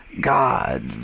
God